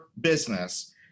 business